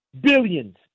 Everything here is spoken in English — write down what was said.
billions